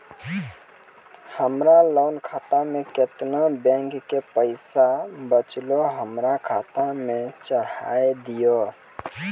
हमरा लोन खाता मे केतना बैंक के पैसा बचलै हमरा खाता मे चढ़ाय दिहो?